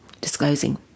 disclosing